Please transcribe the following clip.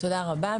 תודה רבה.